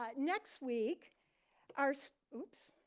ah next week our so oops.